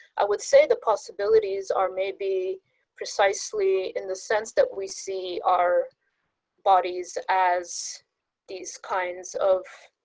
i would say the possibilities are maybe precisely in the sense that we see our bodies as these kinds of